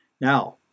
Now